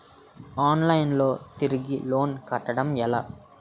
Online లో loan తిరిగి కట్టడం ఎలా?